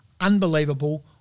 unbelievable